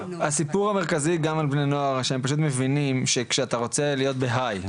הסיפור המרכזי גם על בני נוער שהם פשוט מבינים שכשאתה רוצה להיות בהיי,